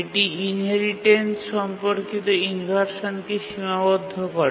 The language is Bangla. এটি ইনহেরিটেন্স সম্পর্কিত ইনভারশানকে সীমাবদ্ধ করে